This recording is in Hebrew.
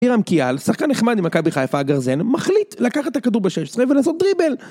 עירם קיאל, שחקה נחמד עם עקבי חיפה הגרזן, מחליט לקחת את הכדור בשש, צריך לבנת עוד דריבל!